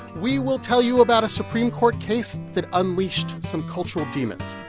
we will tell you about a supreme court case that unleashed some cultural demons.